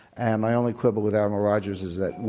and my only quibble with admiral rogers is that,